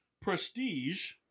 prestige